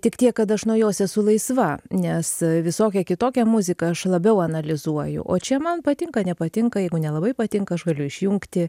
tik tiek kad aš nuo jos esu laisva nes visokią kitokią muziką aš labiau analizuoju o čia man patinka nepatinka jeigu nelabai patinka aš galiu išjungti